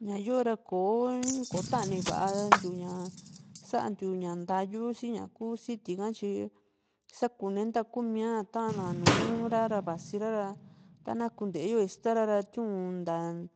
ña yoo´ra kotani vantiu ña santiu ña ntayuu sii ñaku siti ka tyi sakune nta kumía ta´na nùù ra´ra vasi ra tana kunteyo istara ra ntaa